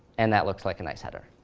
and that looks like a nice header.